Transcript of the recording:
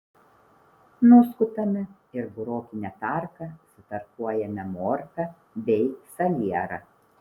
nuskutame ir burokine tarka sutarkuojame morką bei salierą